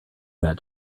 that